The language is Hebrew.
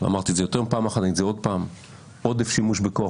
אמרתי את זה יותר מפעם אחת שעודף שימוש בכוח